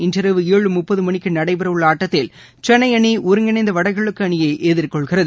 இன்றிரவு ஏழு முப்பது மணிக்கு நடைபெறவுள்ள ஆட்டத்தில் சென்னை அணி ஒருங்கிணைந்த வடகிழக்கு அணியை எதிர்கொள்கிறது